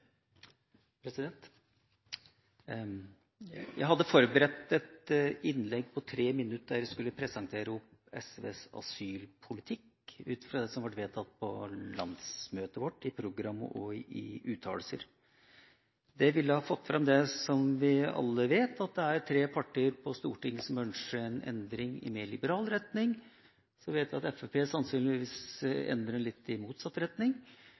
Jeg hadde forberedt et innlegg på tre minutter, der jeg skulle presentere SVs asylpolitikk, ut fra det som ble vedtatt på landsmøtet vårt, det som stod i programmet og ut fra uttalelser. Det ville ha fått fram det som vi alle vet, at det er tre partier på Stortinget som ønsker en endring i en mer liberal retning. Vi vet at Fremskrittspartiet sannsynligvis vil ha endring i litt motsatt retning.